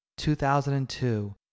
2002